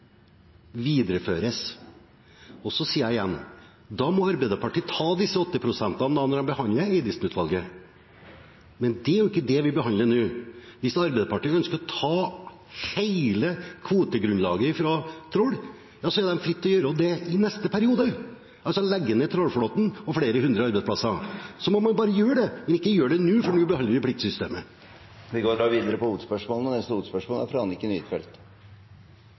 videreføres. Så sier jeg igjen: Da må Arbeiderpartiet ta disse 80 pst. når de behandler Eidesen-utvalget, men det er jo ikke det vi behandler nå. Hvis Arbeiderpartiet ønsker å ta hele kvotegrunnlaget fra trål, ja, så står de fritt til å gjøre det i neste periode, altså legge ned trålflåten og flere hundre arbeidsplasser. Da må man bare gjøre det, men ikke nå, for nå behandler vi pliktsystemet. Vi går videre til neste hovedspørsmål.